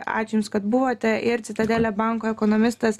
ačiū jums kad buvote ir citadele banko ekonomistas